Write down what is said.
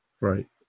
Right